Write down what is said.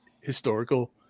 historical